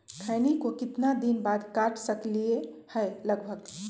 खैनी को कितना दिन बाद काट सकलिये है लगभग?